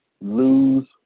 lose